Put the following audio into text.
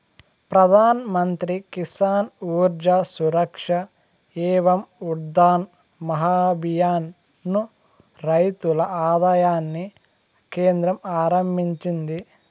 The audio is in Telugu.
ప్రధాన్ మంత్రి కిసాన్ ఊర్జా సురక్ష ఏవం ఉత్థాన్ మహాభియాన్ ను రైతుల ఆదాయాన్ని కేంద్రం ఆరంభించింది